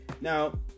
now